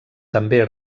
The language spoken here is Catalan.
també